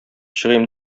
чыгыйм